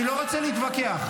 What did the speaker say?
--- אני לא רוצה להתווכח.